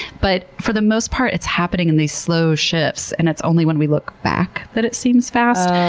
but for the most part it's happening in these slow shifts and it's only when we look back that it seems fast.